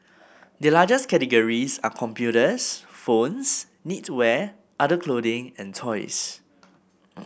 the largest categories are computers phones knitwear other clothing and toys